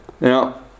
Now